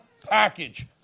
Package